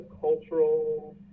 cultural